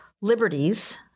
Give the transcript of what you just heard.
liberties